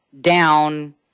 down